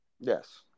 Yes